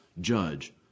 judge